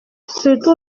surtout